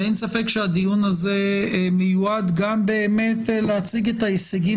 ואין ספק שהדיון הזה מיועד באמת להציג את ההישגים